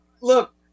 Look